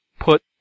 put